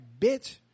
bitch